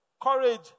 Courage